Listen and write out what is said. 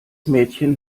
mädchen